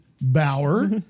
Bauer